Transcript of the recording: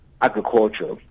agriculture